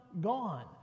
gone